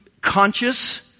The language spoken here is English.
conscious